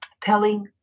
telling